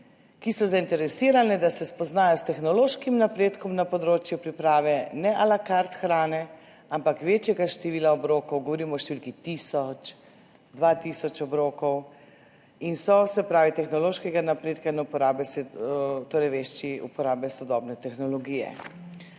ki sta zainteresirani, da se spoznata s tehnološkim napredkom na področju priprave ne ŕ la carte hrane, ampak večjega števila obrokov, govorimo o številki tisoč, dva tisoč obrokov, in da sta vešči uporabe sodobne tehnologije.